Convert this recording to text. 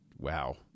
Wow